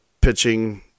pitching